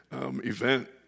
event